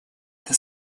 это